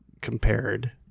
compared